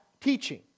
teaching